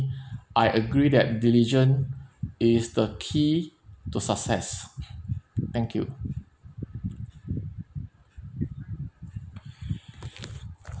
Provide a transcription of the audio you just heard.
I agree that diligent is the key to success thank you